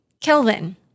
Kelvin